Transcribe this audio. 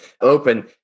open